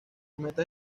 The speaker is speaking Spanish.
metas